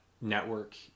network